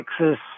Texas